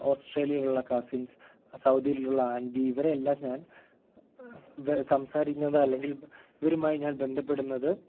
ഓസ്ട്രേലിയേലുള്ള cousins സൗദിയിലുള്ള aunty ഇവരെയെല്ലാം ഞാൻ വ് സംസാരിക്കുന്നത് അല്ലെങ്കിൽ ഇവരുമായി ഞാൻ ബന്ധപ്പെടുന്നത്